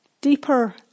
deeper